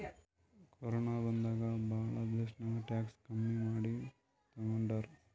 corona ಬಂದಾಗ್ ಭಾಳ ದೇಶ್ನಾಗ್ ಟ್ಯಾಕ್ಸ್ ಕಮ್ಮಿ ಮಾಡಿ ತಗೊಂಡಾರ್